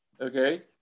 okay